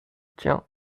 tiens